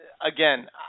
again